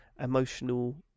emotional